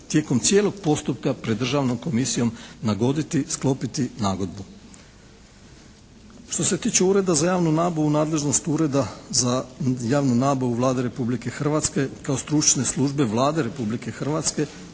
tijekom cijelog postupka pred Državnom komisijom nagoditi, sklopiti nagodbu. Što se tiče Ureda za javnu nabavu, nadležnost Ureda za javnu nabavu Vlade Republike Hrvatske kao stručne službe Vlade Republike Hrvatske